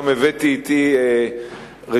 במודיעין-עילית,